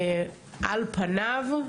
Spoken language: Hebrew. על פניו,